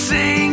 Sing